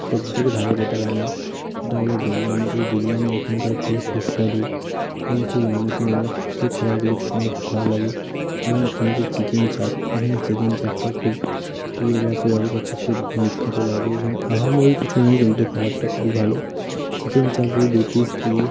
সব থেকে ভালো যেটা বানায় সেটা হলো বিরিয়ানি এই বিরিয়ানি ওখানকার খুব সুস্বাদু এবং খুব উন্নত মানের সেই খাবারগুলি খেতে আমার খুব ভালো লাগে এবং এখানে যে চিকেন চাপ এখানের চিকেন চাপটাও খুব প্রিয় বা সবারই কাছে খুব বিখ্যাত লাগে এখানে আহামরি কিছু নয় কিন্তু খাবারটা খুবই ভালো চিকেন চাপ যদি দু পিস দিয়ে